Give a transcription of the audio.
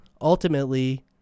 ultimately